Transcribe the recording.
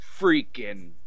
freaking